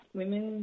women